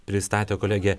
pristatė kolegė